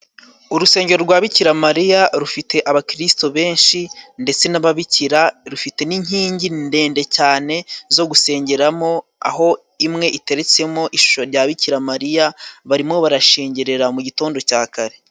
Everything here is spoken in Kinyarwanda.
Urusengero rwa Bikiramariya, rufite abakirisitu benshi ndetse n'ababikira, rufite n'inkingi ndende cyane zo gusengeramo, aho imwe iteretsemo ishusho rya Bikiramariya, barimo barashengerera mu gitondo cya kare.